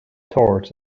towards